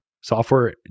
software